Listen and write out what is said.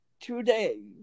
today